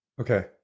Okay